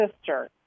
sister